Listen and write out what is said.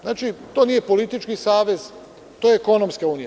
Znači, to nije politički savez, to je ekonomska unija.